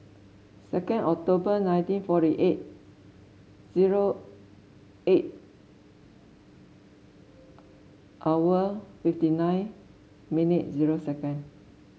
second October nineteen forty eight zero eight hour fifty nine minute zero second